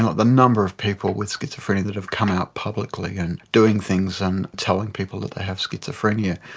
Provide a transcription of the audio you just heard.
the number of people with schizophrenia that have come out publicly and doing things and telling people that they have schizophrenia,